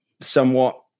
somewhat